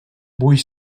vull